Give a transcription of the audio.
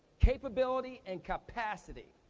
capability and capacity.